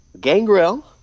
Gangrel